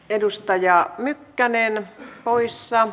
edustaja mykkänen on poissa